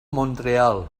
montreal